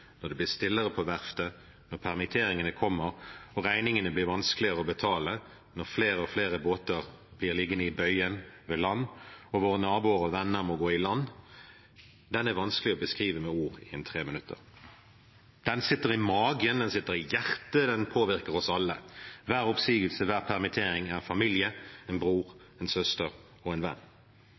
stillere på verftet, når permitteringene kommer og regningene blir vanskeligere å betale, og når flere og flere båter blir liggende i bøyen ved land, og våre naboer og venner må gå i land, den er vanskelig å beskrive med ord i et 3-minuttersinnlegg. Den sitter i magen, den sitter i hjertet, og den påvirker oss alle. Hver oppsigelse og hver permittering er familie, en bror, en søster og en venn.